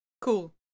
Cool